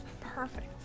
perfect